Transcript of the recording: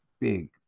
big